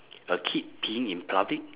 a kid peeing in public